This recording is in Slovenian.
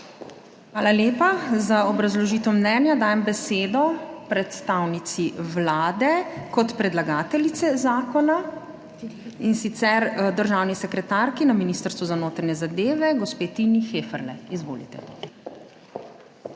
Hvala lepa. Za obrazložitev mnenja dajem besedo predstavnici Vlade kot predlagateljice zakona, in sicer državni sekretarki na Ministrstvu za notranje zadeve, gospe Tini Heferle. Izvolite. **TINA